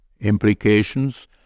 implications